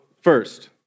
first